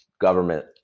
government